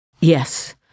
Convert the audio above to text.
Yes